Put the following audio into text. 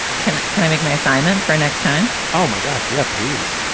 can can i make my assignment for next time? oh, my gosh. yes, please.